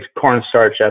cornstarch